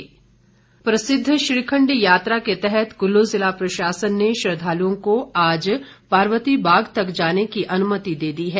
श्रीखंड यात्रा प्रसिद्ध श्रीखंड यात्रा के तहत कुल्लू जिला प्रशासन ने श्रद्धालुओं को आज पार्वती बाग तक जाने की अनुमति दे दी है